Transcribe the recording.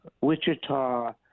Wichita